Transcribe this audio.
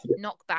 knockback